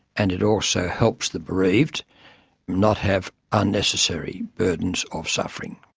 and it also helps the bereaved not have unnecessary burdens of suffering.